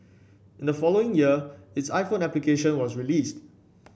in the following year its iPhone application was released